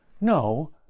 No